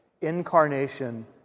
incarnation